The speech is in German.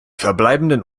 verbleibenden